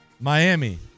Miami